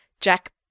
Jack